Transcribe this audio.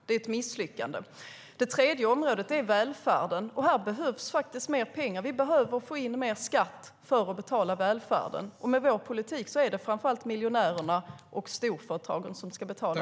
Det är ett misslyckande. Det tredje området är välfärden. Här behövs det mer pengar. Vi behöver få in mer skatt för att betala välfärden. Med vår politik är det framför allt miljonärerna och storföretagen som ska betala.